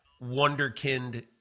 wonderkind